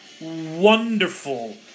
wonderful